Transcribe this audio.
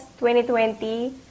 2020